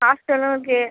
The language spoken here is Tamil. ஹாஸ்டலும் இருக்குது